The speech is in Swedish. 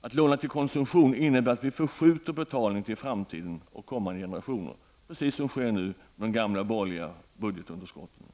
Att låna till konsumtion innebär att vi skjuter på betalningen till framtiden och kommande generationer. Precis så sker nu med de gamla borgerliga budgetunderskotten.